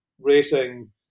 racing